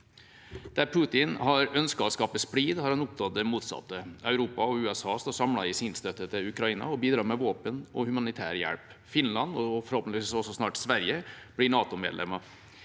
Der Putin har ønsket å skape splid, har han oppnådd det motsatte. Europa og USA står samlet i sin støtte til Ukraina og bidrar med våpen og humanitær hjelp. Finland, og forhåpentligvis også snart Sverige, blir NATO-medlem.